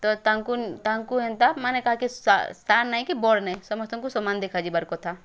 ତ ତାଙ୍କୁ ତାଙ୍କୁ ଏନ୍ତା ମାନେ କାହାକେ ସାନ ନାଇଁକି ବଡ଼୍ ନାଇଁ ସମସ୍ତଙ୍କୁ ସମାନ୍ ଦେଖାଯିବାର କଥା